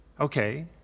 okay